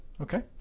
Okay